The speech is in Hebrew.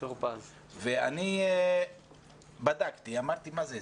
אני בדקתי ואמרתי, מה זה?